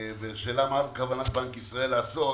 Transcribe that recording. השאלה היא מה כוונת בנק ישראל לעשות